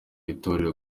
itorero